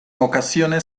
ocasiones